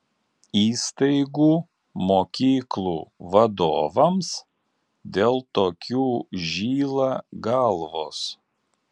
įstaigų mokyklų vadovams dėl tokių žyla galvos